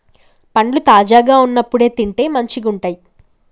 పండ్లు తాజాగా వున్నప్పుడే తింటే మంచిగుంటయ్